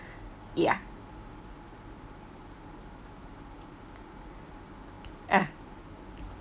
ya